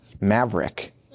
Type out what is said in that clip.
Maverick